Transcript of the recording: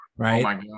Right